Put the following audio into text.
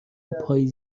پاییز